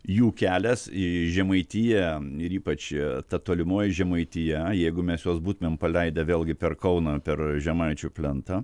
jų kelias į žemaitiją ir ypač ta tolimoji žemaitija jeigu mes juos būtumėm paleidę vėlgi per kauną per žemaičių plentą